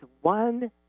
one